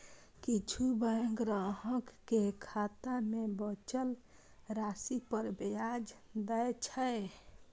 किछु बैंक ग्राहक कें खाता मे बचल राशि पर ब्याज दै छै